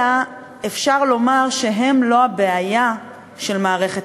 אלא אפשר לומר שהן לא הבעיה של מערכת